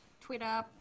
Twitter